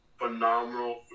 phenomenal